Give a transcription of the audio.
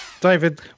David